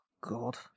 god